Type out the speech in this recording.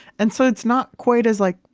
and so it's not quite as like